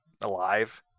alive